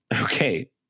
okay